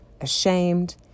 ashamed